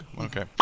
Okay